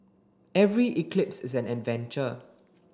every eclipse is an adventure